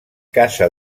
casa